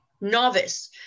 novice